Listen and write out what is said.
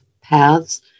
paths